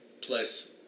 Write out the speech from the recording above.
plus